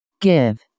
give